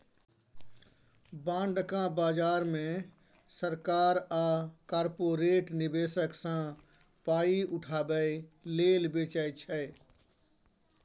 bond केँ बजार मे सरकार आ कारपोरेट निबेशक सँ पाइ उठाबै लेल बेचै छै